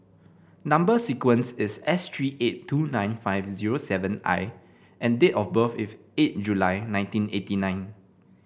number sequence is S three eight two nine five zero seven I and date of birth is eight July nineteen eighty nine